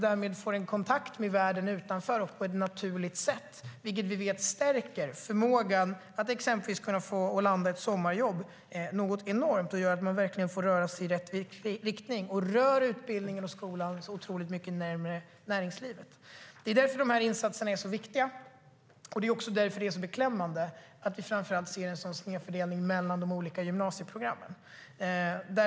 Därmed får man kontakt med världen utanför på ett naturligt sätt, vilket vi vet stärker förmågan att exempelvis landa ett sommarjobb något enormt. Det gör att man rör sig i rätt riktning, och det för utbildningen och skolan otroligt mycket närmare näringslivet. Det är därför de här insatserna är så viktiga. Det är också därför det är så beklämmande att se en sådan snedfördelning, framför allt mellan de olika gymnasieprogrammen.